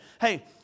hey